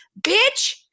Bitch